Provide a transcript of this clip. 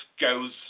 goes